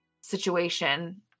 situation